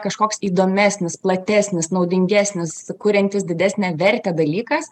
kažkoks įdomesnis platesnis naudingesnis sukuriantis didesnę vertę dalykas